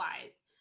wise